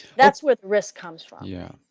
that's where risk comes from yeah,